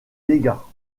dégâts